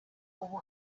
ubu